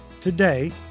Today